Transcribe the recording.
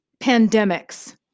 pandemics